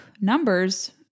numbers